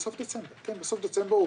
כן, בסוף דצמבר.